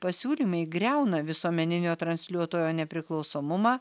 pasiūlymai griauna visuomeninio transliuotojo nepriklausomumą